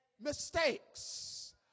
mistakes